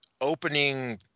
opening